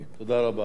תודה רבה.